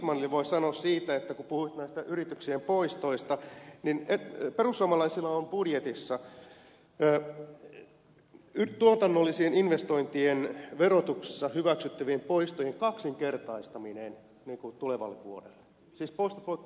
lindtmanille voisi sanoa siitä kun puhuit näistä yrityksien poistoista että perussuomalaisilla on budjetissa tuotannollisten investointien verotuksessa hyväksyttävien poistojen kaksinkertaistaminen tulevalle vuodelle siis poistot kaksinkertaistuvat